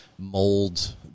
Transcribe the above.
mold